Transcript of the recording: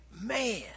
man